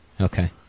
Okay